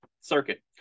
Circuit